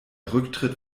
rücktritt